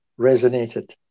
resonated